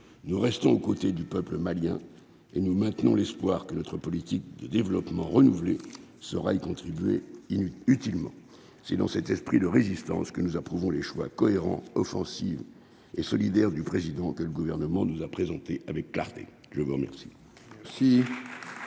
nous restons aux côtés du peuple malien et nous maintenons l'espoir que notre politique de développement renouvelé sera y contribuer utilement c'est dans cet esprit de résistance que nous approuvons les choix cohérent offensive et solidaire du président, que le gouvernement nous a présentés avec clarté, je vous remercie.